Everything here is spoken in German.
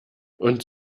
und